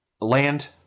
land